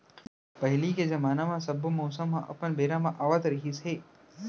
पहिली के जमाना म सब्बो मउसम ह अपन बेरा म आवत रिहिस हे